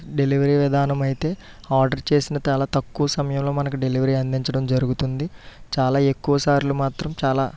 delivery విధానమైతే order చేసిన చాలా తక్కువ సమయంలో మనకు డెలివరీ అందించడం జరుగుతుంది చాలా ఎక్కువసార్లు మాత్రం చాలా